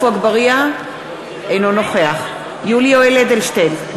אינו נוכח יולי יואל אדלשטיין,